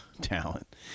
talent